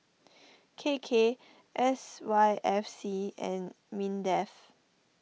K K S Y F C and Mindef